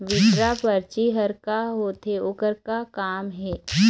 Withdraw परची हर का होते, ओकर का काम हे?